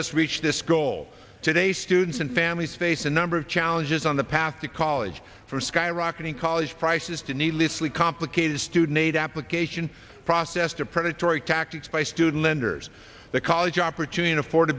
us reach this goal today students and families face a number of challenges on the path to college for skyrocketing college prices to needlessly complicated student aid application process to predatory tactics by student lenders the college opportune afford